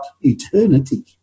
eternity